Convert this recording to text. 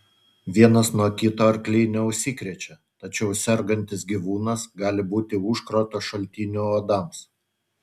vienas nuo kito arkliai neužsikrečia tačiau sergantis gyvūnas gali būti užkrato šaltiniu uodams